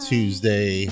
Tuesday